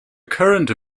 current